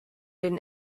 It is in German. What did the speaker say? den